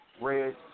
red